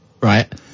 Right